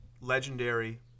legendary